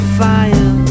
fire